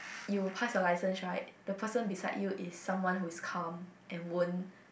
you pass your license right the person beside you is someone who is calm and won't